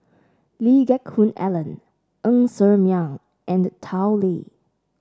Lee Geck Hoon Ellen Ng Ser Miang and Tao Li